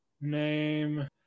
Name